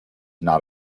not